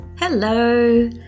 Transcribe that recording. hello